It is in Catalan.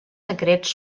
secrets